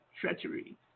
treachery